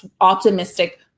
optimistic